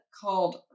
called